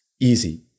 easy